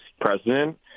president